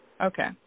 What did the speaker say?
Okay